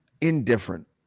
Indifferent